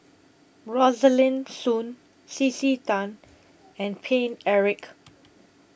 Rosaline Soon C C Tan and Paine Eric